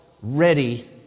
ready